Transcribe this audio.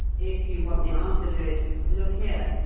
if you want the answer to it look here.